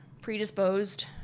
predisposed